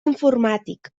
informàtic